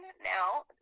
now